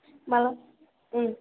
माब्ला उम